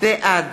בעד